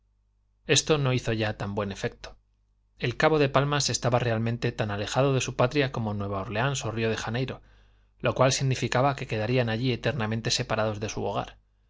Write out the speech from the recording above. esto no hizo ya tan buen efecto el cabo de palmas estaba realmente tan alejado de su patria como nueva órleans o río de janeiro lo cual significaba que quedarían allí eternamente separados de su hogar